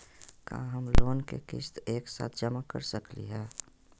का हम लोन के किस्त एक साथ जमा कर सकली हे?